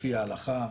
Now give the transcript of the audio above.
לפי ההלכה,